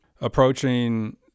approaching